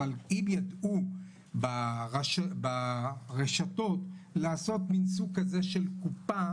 אבל אם יידעו ברשתות לעשות מין סוג כזה של קופה,